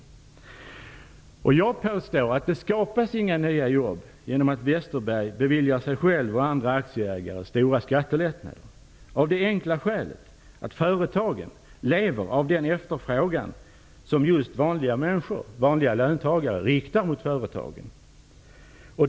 Jag påstår att det inte skapas några nya jobb genom att Westerberg beviljar sig själv och andra aktieägare stora skattelättnader av det enkla skälet att företagen lever av den efterfrågan som just vanliga människor, vanliga löntagare riktar mot företagen.